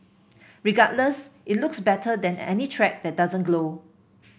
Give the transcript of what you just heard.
regardless it looks better than any track that doesn't glow